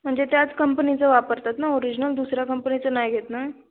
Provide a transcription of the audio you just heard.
म्हणजे त्याच कंपनीचं वापरतात ना ओरिजनल दुसऱ्या कंपनीचं नाही घेत ना